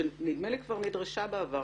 שנדמה לי שכבר נדרשה בעבר,